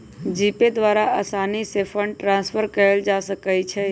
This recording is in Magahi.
जीपे द्वारा असानी से फंड ट्रांसफर कयल जा सकइ छइ